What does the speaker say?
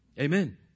Amen